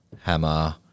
Hammer